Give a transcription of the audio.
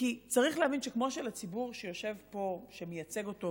צריך להבין שכמו שלציבור שמייצגת אותו